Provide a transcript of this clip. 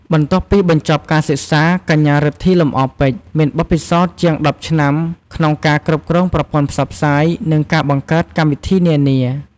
បន្ទាប់ពីបញ្ចប់ការសិក្សា កញ្ញា រិទ្ធី លំអរពេជ្រ មានបទពិសោធន៍ជាង ១០ ឆ្នាំក្នុងការ គ្រប់គ្រងប្រព័ន្ធផ្សព្វផ្សាយ និងការបង្កើតកម្មវិធីនានា។